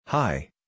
Hi